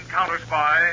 Counter-Spy